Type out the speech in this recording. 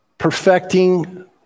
perfecting